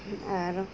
ᱟᱨ